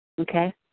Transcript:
Okay